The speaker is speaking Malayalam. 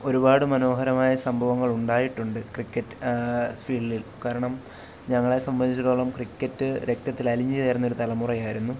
ഒരുപാട് മനോഹരമായ സംഭവങ്ങളുണ്ടായിട്ടുണ്ട് ക്രിക്കറ്റ് ഫീൽഡിൽ കാരണം ഞങ്ങളെ സംബന്ധിച്ചിടത്തോളം ക്രിക്കറ്റ് രക്തത്തിൽ അലിഞ്ഞ് ചേർന്ന ഒരു തലമുറയായിരുന്നു